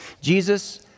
Jesus